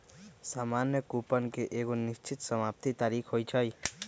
सामान्य कूपन के एगो निश्चित समाप्ति तारिख होइ छइ